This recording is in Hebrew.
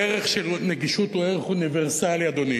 הערך של נגישות הוא ערך אוניברסלי, אדוני.